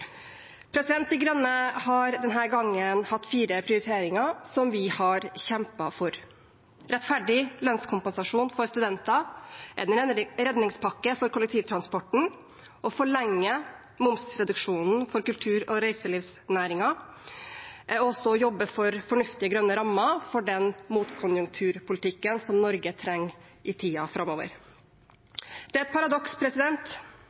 Miljøpartiet De Grønne er uenig med flertallet i. Miljøpartiet De Grønne har denne gangen hatt fire prioriteringer som vi har kjempet for: rettferdig lønnskompensasjon for studenter, en redningspakke for kollektivtransporten, forlenget momsreduksjon for kultur- og reiselivsnæringen og fornuftige grønne rammer for den motkonjunkturpolitikken som Norge trenger i tiden framover.